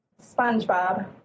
SpongeBob